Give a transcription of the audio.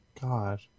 God